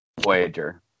Voyager